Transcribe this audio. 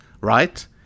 right